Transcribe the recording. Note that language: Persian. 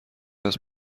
است